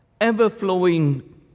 ever-flowing